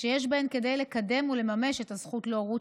שיש בהן כדי לקדם ולממש את הזכות להורות